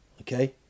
Okay